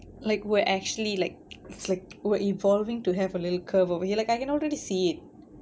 like we're actually like it's like we're evolving to have a little curve over here like in order to see it